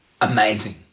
amazing